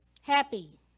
happy